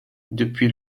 depuis